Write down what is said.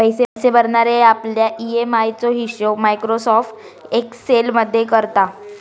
पैशे भरणारे आपल्या ई.एम.आय चो हिशोब मायक्रोसॉफ्ट एक्सेल मध्ये करता